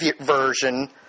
version